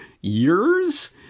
years